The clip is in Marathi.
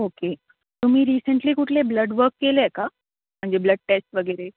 ओके तुम्ही रिसेंटली कुठले ब्लड वर्क केले आहे का म्हणजे ब्लड टेस्ट वगैरे